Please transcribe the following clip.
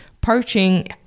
poaching